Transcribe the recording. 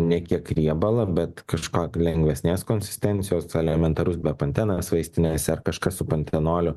ne kiek riebalą bet kažkok lengvesnės konsistencijos elementarus bepantenas vaistinėse ar kažkas su pantenoliu